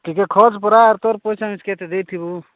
ଟିକେ ଖର୍ଚ୍ଚ ପରା ଆଉ ତୋର ପଇସା କେତେ ଦେଇଥିବୁ